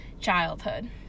childhood